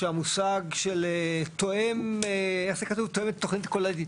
על המושג תואם את התוכנית הכוללנית.